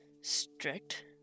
Strict